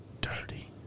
Dirty